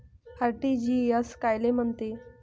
RTGS कायले म्हनते?